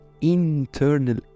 internal